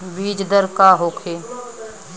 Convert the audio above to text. बीजदर का होखे?